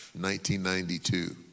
1992